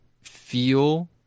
feel